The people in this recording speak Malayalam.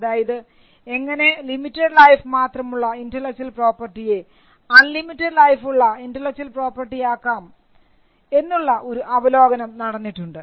അതായത് എങ്ങനെ ലിമിറ്റഡ് ലൈഫ് മാത്രമുള്ള ഇന്റെലക്ച്വൽപ്രോപർട്ടിയെ അൺലിമിറ്റഡ് ലൈഫുള്ള ഇന്റെലക്ച്വൽ പ്രോപർട്ടിയാക്കാം എന്നുള്ള ഒരു അവലോകനം നടന്നിട്ടുണ്ട്